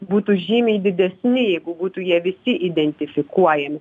būtų žymiai didesni jeigu būtų jie visi identifikuojami